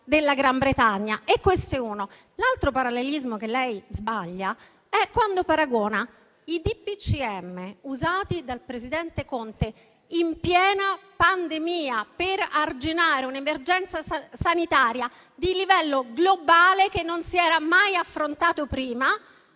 della Gran Bretagna. Questo è un primo parallelismo. L'altro parallelismo che lei sbaglia è quando paragona i DPCM usati dal presidente Conte in piena pandemia, per arginare un'emergenza sanitaria di livello globale, che non si era mai affrontata prima,